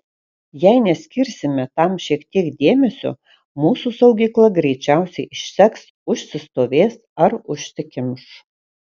jei neskirsime tam šiek tiek dėmesio mūsų saugykla greičiausiai išseks užsistovės ar užsikimš